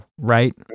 right